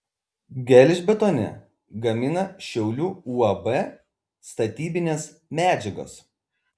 gelžbetonį gamina šiaulių uab statybinės medžiagos